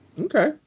Okay